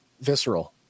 visceral